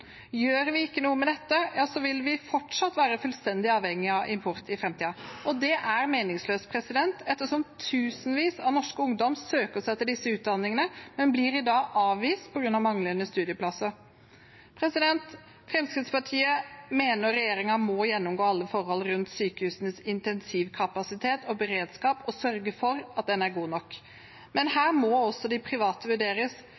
Gjør vi ikke noe med dette, vil vi fortsatt være fullstendig avhengig av import i framtiden. Det er meningsløst, ettersom tusenvis av norsk ungdom søker seg til disse utdanningene, men blir i dag avvist på grunn av manglende studieplasser. Fremskrittspartiet mener regjeringen må gjennomgå alle forhold rundt sykehusenes intensivkapasitet og beredskap og sørge for at den er god nok. Men her må også de private vurderes.